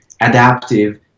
adaptive